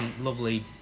lovely